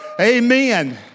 Amen